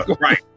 right